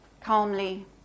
calmly